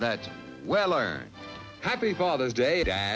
that well or happy father's day